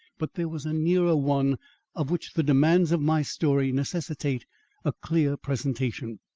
but there was a nearer one of which the demands of my story necessitate a clear presentation.